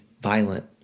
violent